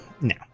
Now